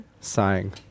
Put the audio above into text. sighing